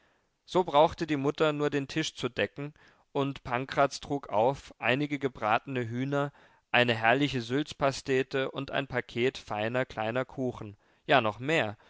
so brauchte die mutter nur den tisch zu decken und pankraz trug auf einige gebratene hühner eine herrliche sülzpastete und ein paket feiner kleiner kuchen ja noch mehr